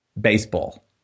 baseball